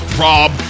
Rob